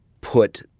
put